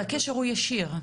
והקשר הוא ישיר?